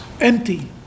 empty